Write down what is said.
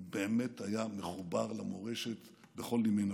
הוא באמת היה מחובר למורשת בכל נימי נפשו.